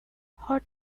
hot